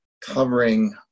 covering